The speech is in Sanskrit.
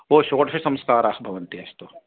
ओ षोडशसंस्काराः भवन्ति अस्तु